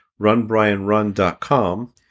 RunBrianRun.com